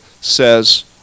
says